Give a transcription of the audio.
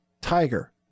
tiger